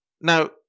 Now